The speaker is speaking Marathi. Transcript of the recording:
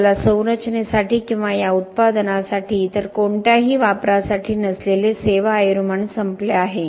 आपल्याला संरचनेसाठी किंवा या उत्पादनासाठी इतर कोणत्याही वापरासाठी नसलेले सेवा आयुर्मान संपले आहे